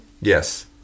Yes